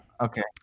okay